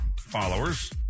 followers